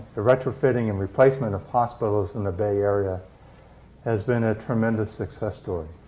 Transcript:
the retrofitting and replacement of hospitals in the bay area has been a tremendous success story.